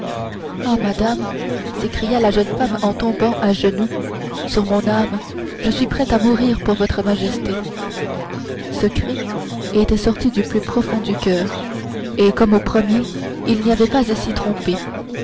oh madame s'écria la jeune femme en tombant à genoux sur mon âme je suis prête à mourir pour votre majesté ce cri était sorti du plus profond du coeur et comme le premier il n'y avait pas à se tromper